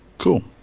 Cool